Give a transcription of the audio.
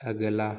अगला